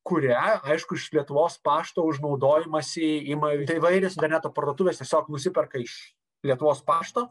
kurią aišku iš lietuvos pašto už naudojimąsi ima įvairios interneto parduotuvės tiesiog nusiperka iš lietuvos pašto